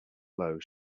blow